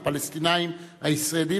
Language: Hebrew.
הפלסטינים הישראלים,